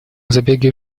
забеге